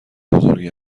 بزرگ